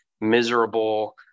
miserable